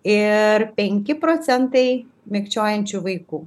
ir penki procentai mikčiojančių vaikų